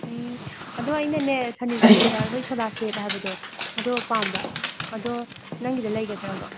ꯎꯝ ꯑꯗꯣ ꯑꯩꯅꯅꯦ ꯁꯟꯏꯁꯀ꯭ꯔꯤꯟꯗ ꯑꯩꯈꯣꯏ ꯁꯣꯂꯔ ꯁꯦꯞ ꯍꯥꯏꯕꯗꯣ ꯑꯗꯣ ꯄꯥꯝꯕ ꯑꯗꯣ ꯅꯪꯒꯤꯗ ꯂꯩꯒꯗ꯭ꯔꯥꯕ